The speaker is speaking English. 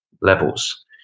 levels